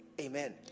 Amen